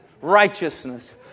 righteousness